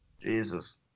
Jesus